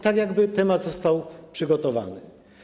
Tak jakby temat został przygotowany.